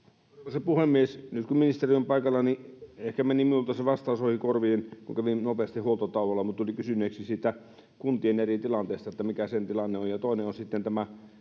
arvoisa puhemies nyt kun ministeri on paikalla ehkä meni minulta se vastaus ohi korvien kun kävin nopeasti huoltotauolla kun tulin kysyneeksi siitä eri kuntien tilanteista niin kysyn mikä sen tilanne on ja toinen on sitten